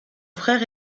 frère